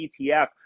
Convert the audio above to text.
ETF